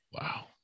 wow